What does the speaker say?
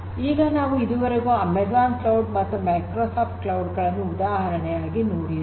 ಈಗ ನಾವು ಇದುವರೆಗೂ ಅಮೆಜಾನ್ ಕ್ಲೌಡ್ ಮತ್ತು ಮೈಕ್ರೋಸಾಫ್ಟ್ ಕ್ಲೌಡ್ ಗಳನ್ನು ಉದಾಹರಣೆಯಾಗಿ ನೋಡಿದೆವು